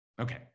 okay